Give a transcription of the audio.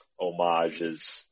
homages